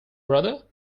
brother